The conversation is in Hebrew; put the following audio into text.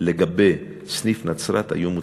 לגבי סניף נצרת היו מוצדקות.